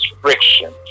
friction